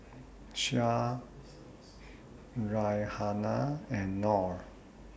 Syah Raihana and Nor